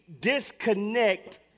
disconnect